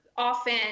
Often